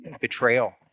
betrayal